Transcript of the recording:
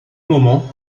moment